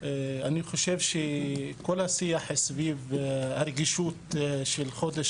אני חושב שכל השיח סביב הרגישות של חודש